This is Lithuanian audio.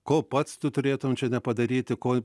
ko pats tu turėtum čia nepadaryti ko